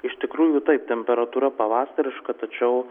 iš tikrųjų taip temperatūra pavasariška tačiau